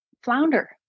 flounder